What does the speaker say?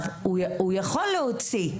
הוא יכול להוציא.